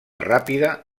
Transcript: ràpida